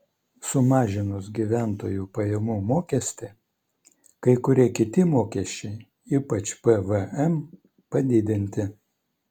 sumažinus gyventojų pajamų mokestį kai kurie kiti mokesčiai ypač pvm padidinti